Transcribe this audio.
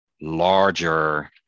larger